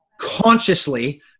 consciously